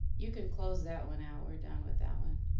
you can close that one out, we're done with that one.